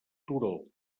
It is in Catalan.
turó